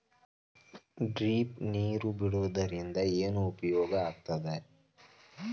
Drip ನೇರ್ ಬಿಡುವುದರಿಂದ ಏನು ಉಪಯೋಗ ಆಗ್ತದ?